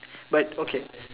but okay